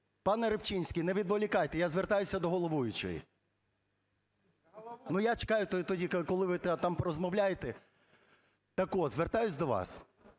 пане Рибчинський, не відволікайте, я звертаюся до головуючої. Ну, я чекаю тоді, коли ви там порозмовляєте. Так-от, звертаюсь до вас,